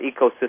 ecosystem